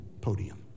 podium